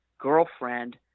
girlfriend